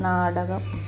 നാടകം